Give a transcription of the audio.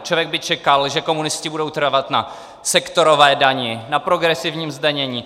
Člověk by čekal, že komunisté budou trvat na sektorové dani, na progresivním zdanění.